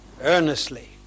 earnestly